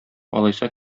алайса